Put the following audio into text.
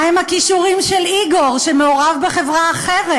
מה הם הכישורים של איגור, שמעורב בחברה אחרת,